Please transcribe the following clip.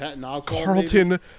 Carlton